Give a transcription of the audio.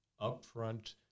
upfront